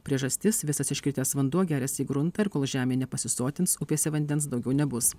priežastis visas iškritęs vanduo geriasi į gruntą ir kol žemė nepasisotins upėse vandens daugiau nebus